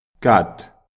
cut